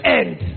end